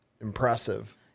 impressive